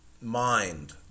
mind